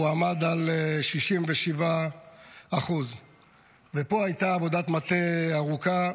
הוא עמד על 67%. פה הייתה עבודת מטה ארוכה,